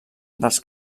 dels